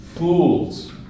Fools